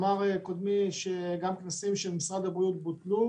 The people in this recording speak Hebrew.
אמר קודמי שגם כנסים של משרד הבריאות בוטלו